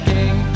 King